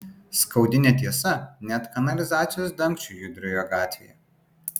skaudi netiesa net kanalizacijos dangčiui judrioje gatvėje